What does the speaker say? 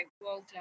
Walter